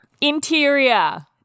Interior